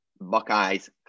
Buckeyes